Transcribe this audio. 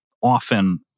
often